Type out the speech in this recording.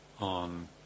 on